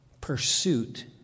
pursuit